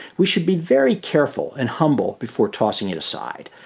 we should be very careful and humble before tossing it aside.